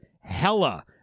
Hella